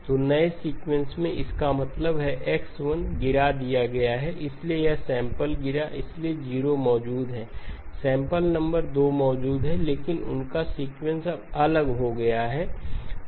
तो नए सीक्वेंस में इसका मतलब है कि x 1 गिरा दिया गया है इसलिए यह सैंपल गिरा इसलिए 0 मौजूद है सैंपल नंबर 2 मौजूद है लेकिन उनका सीक्वेंस अब अलग हो गया है